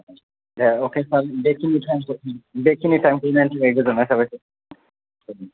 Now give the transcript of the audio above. दे अके सार बेखिनि थाइमखौ बेखिनि थाइमखौ होनायनि थाखाय गोजोननाय थाबाय